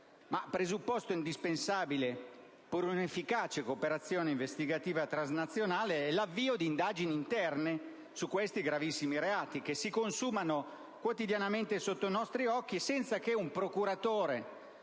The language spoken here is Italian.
Ma presupposto indispensabile per una efficace cooperazione investigativa transnazionale è l'avvio di indagini interne su questi gravissimi reati che si consumano quotidianamente sotto i nostri occhi senza che un procuratore